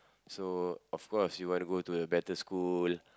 so of course you want to go to a better school